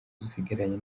dusigaranye